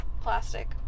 Plastic